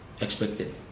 expected